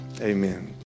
Amen